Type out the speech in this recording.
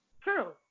True